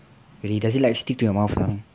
really does it like stick to your mouth ah